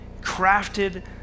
crafted